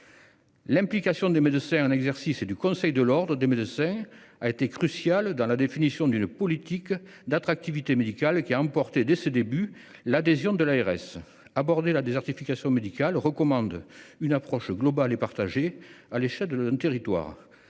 L'implication des médecins en exercice et du Conseil de l'ordre des médecins a été cruciale dans la définition d'une politique d'attractivité médicale qui a emporté, dès ses débuts, l'adhésion de l'ARS. Aborder la désertification médicale recommande une approche globale et partagée à l'échelle d'un territoire.